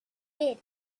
bed